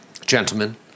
Gentlemen